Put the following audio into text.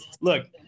look